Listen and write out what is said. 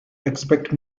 expect